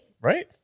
Right